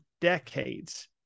decades